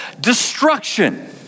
destruction